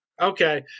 Okay